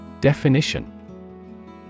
Definition